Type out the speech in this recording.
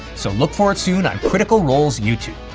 so look for it soon on critical role's youtube.